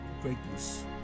greatness